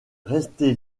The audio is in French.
resté